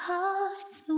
Hearts